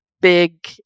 big